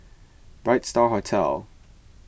Bright Star Hotel